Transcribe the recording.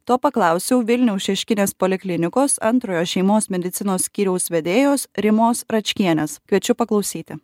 to paklausiau vilniaus šeškinės poliklinikos antrojo šeimos medicinos skyriaus vedėjos rimos račkienės kviečiu paklausyti